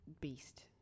beast